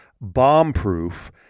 bomb-proof